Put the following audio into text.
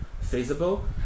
feasible